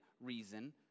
reason